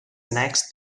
next